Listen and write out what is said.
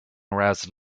arouse